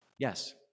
Yes